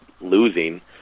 losing